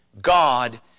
God